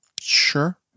Sure